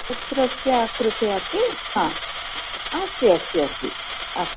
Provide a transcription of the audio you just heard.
पुत्रस्य कृते अपि हा अस्ति अस्ति अस्ति अस्